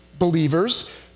believers